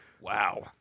Wow